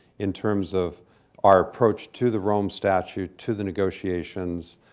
in terms of our approach to the rome statute, to the negotiations,